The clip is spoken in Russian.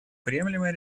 приемлемое